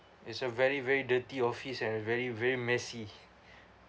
it's a very very dirty office and a very very messy